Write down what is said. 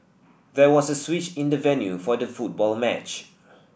there was a switch in the venue for the football match